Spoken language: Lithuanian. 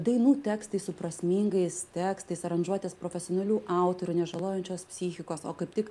dainų tekstai su prasmingais tekstais aranžuotės profesionalių autorių ne žalojančios psichikos o kaip tik